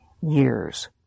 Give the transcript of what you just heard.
years